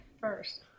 first